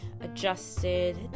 adjusted